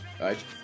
right